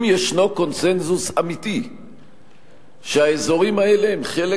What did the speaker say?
אם ישנו קונסנזוס אמיתי שהאזורים האלה הם חלק